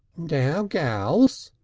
now, gals,